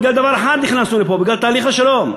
בגלל דבר אחד נכנסנו לפה: בגלל תהליך השלום.